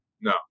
No